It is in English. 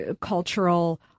cultural